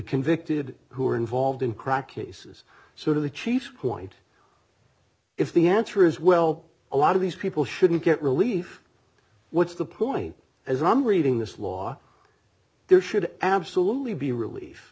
convicted who are involved in crack isa's sort of the chief point if the answer is well a lot of these people shouldn't get relief what's the point as i'm reading this law there should absolutely be relief